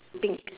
pink